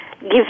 give